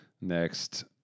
next